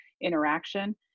interaction